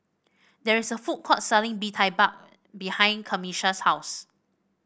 there is a food court selling Bee Tai Mak behind Camisha's house